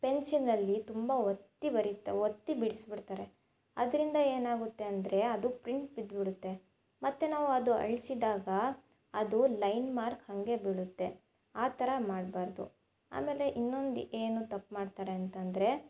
ಪೆನ್ಸಿಲಿನಲ್ಲಿ ತುಂಬ ಒತ್ತಿ ಬರಿತಾ ಒತ್ತಿ ಬಿಡಿಸ್ಬಿಡ್ತಾರೆ ಅದರಿಂದ ಏನು ಆಗುತ್ತೆ ಅಂದರೆ ಅದು ಪ್ರಿಂಟ್ ಬಿದ್ದುಬಿಡುತ್ತೆ ಮತ್ತೆ ನಾವು ಅದು ಅಳಿಸಿದಾಗ ಅದು ಲೈನ್ ಮಾರ್ಕ್ ಹಾಗೆ ಬೀಳುತ್ತೆ ಆ ಥರ ಮಾಡಬಾರ್ದು ಆಮೇಲೆ ಇನ್ನೊಂದು ಏನು ತಪ್ಪು ಮಾಡ್ತಾರೆ ಅಂತ ಅಂದರೆ